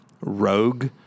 Rogue